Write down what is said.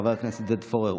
חבר הכנסת עודד פורר.